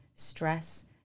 stress